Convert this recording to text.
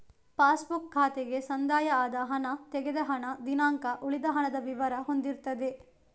pass book ಖಾತೆಗೆ ಸಂದಾಯ ಆದ ಹಣ, ತೆಗೆದ ಹಣ, ದಿನಾಂಕ, ಉಳಿದ ಹಣದ ವಿವರ ಹೊಂದಿರ್ತದೆ